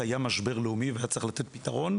היה משבר לאומי והיה צריך לתת פתרון,